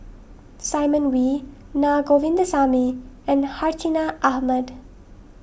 Simon Wee Na Govindasamy and Hartinah Ahmad